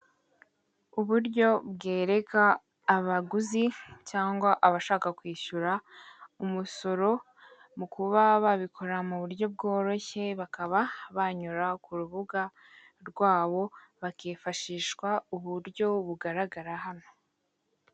Uburyo bwereka abaguzi cyangwa abashaka kwishyura umusoro mu kuba babikora mu buryo bworoshye bakaba banyura ku rubuga rwabo bakifashishwa uburyo bugaragara hano.